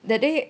that day